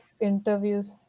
interviews